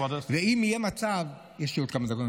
ואם יהיה מצב, כבוד,